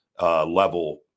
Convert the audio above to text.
level